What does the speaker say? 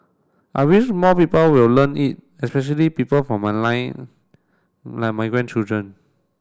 I wish more people will learn it especially people from my line like my grandchildren